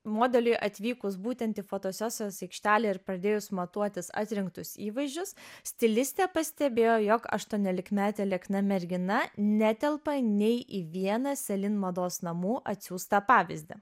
modeliui atvykus būtent į fotosesijos aikštelę ir pradėjus matuotis atrinktus įvaizdžius stilistė pastebėjo jog aštuoniolikmetė liekna mergina netelpa nei į vieną selin mados namų atsiųstą pavyzdį